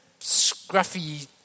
scruffy